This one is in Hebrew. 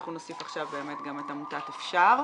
ואנחנו נוסיף עכשיו באמת גם את עמותת "אפשר".